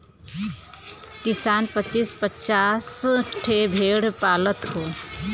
किसान पचीस पचास ठे भेड़ पालत हौ